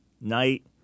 night